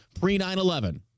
pre-9-11